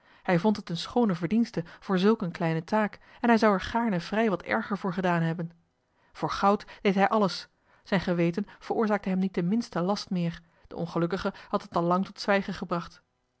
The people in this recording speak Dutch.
hij vond het eene schoone verdienste voor zulk eene kleine taak en hij zou er gaarne vrij wat erger voor gedaan hebben voor goud deed hij alles zijn geweten veroorzaakte hem niet den minsten last meer de ongelukkige had het al lang tot zwijgen gebracht